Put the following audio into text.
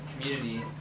community